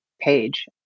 page